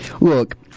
Look